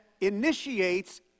initiates